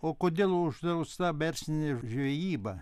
o kodėl uždrausta verslinė žvejyba